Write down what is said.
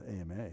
AMA